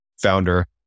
founder